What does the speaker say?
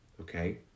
okay